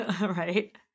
right